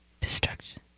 Destruction